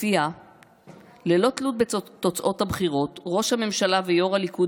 שלפיה ללא תלות בתוצאות הבחירות ראש הממשלה ויו"ר הליכוד